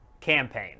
Campaign